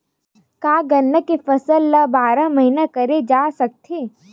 का गन्ना के फसल ल बारह महीन करे जा सकथे?